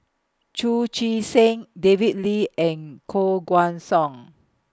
Chu Chee Seng David Lee and Koh Guan Song